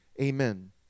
amen